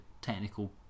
technical